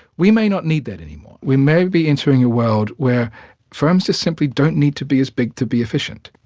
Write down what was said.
we may not need that any more. we may be entering a world where firms just simply don't need to be as big to be efficient.